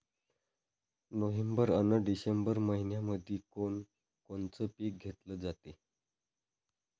November अन December मइन्यामंधी कोण कोनचं पीक घेतलं जाते?